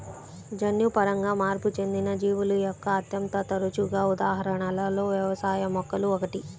జన్యుపరంగా మార్పు చెందిన జీవుల యొక్క అత్యంత తరచుగా ఉదాహరణలలో వ్యవసాయ మొక్కలు ఒకటి